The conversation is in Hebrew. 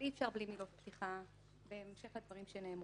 אפשר בלי מילות פתיחה בהמשך לדברים שנאמרו.